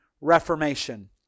reformation